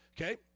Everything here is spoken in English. okay